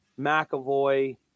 McAvoy